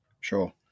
Sure